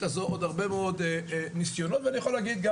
הזו עוד הרבה מאוד ניסיונות ואני יכול להגיד גם